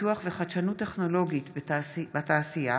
פיתוח וחדשנות טכנולוגית בתעשייה